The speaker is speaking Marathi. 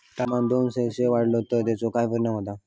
तापमान दोन सेल्सिअस वाढला तर तेचो काय परिणाम होता?